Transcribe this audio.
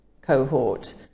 cohort